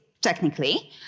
technically